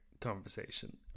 conversation